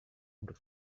untuk